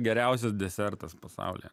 geriausias desertas pasaulyje